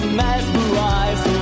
mesmerized